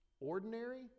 ordinary